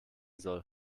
soll